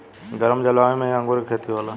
गरम जलवायु में ही अंगूर के खेती होला